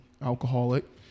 alcoholic